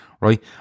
right